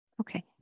Okay